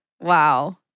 Wow